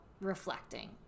reflecting